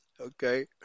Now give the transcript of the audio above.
Okay